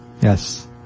Yes